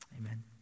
Amen